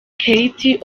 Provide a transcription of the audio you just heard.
keith